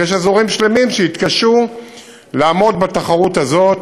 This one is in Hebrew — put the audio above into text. ויש אזורים שלמים שהתקשו לעמוד בתחרות הזאת.